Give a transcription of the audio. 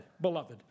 beloved